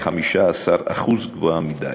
15% גבוהה מדי.